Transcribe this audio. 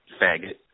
faggot